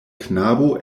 knabo